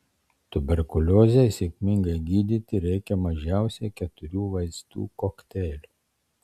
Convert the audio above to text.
tuberkuliozei sėkmingai gydyti reikia mažiausiai keturių vaistų kokteilio